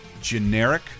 Generic